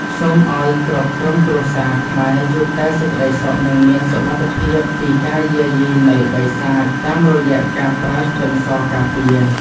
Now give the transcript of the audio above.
សូមឱ្យគ្រប់ក្រុមគ្រួសារខ្មែរជួបតែសេចក្តីសុខនិងមានសុវត្ថិភាពពីការយាយីនៃបិសាចតាមរយៈការប្រើខ្ទឹមសការពារ។